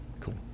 Cool